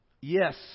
Yes